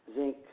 zinc